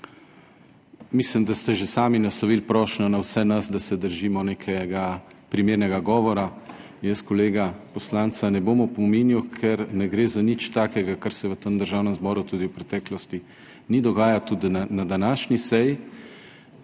Mislim, da ste že sami naslovili prošnjo na vse nas, da se držimo nekega primernega govora. Jaz kolega poslanca ne bom opominjal, ker ne gre za nič takega, kar se v tem Državnem zboru tudi v preteklosti ni dogajalo, tudi na današnji seji.